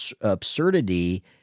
absurdity